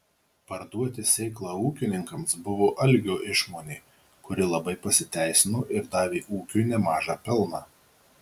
parduoti sėklą ūkininkams buvo algio išmonė kuri labai pasiteisino ir davė ūkiui nemažą pelną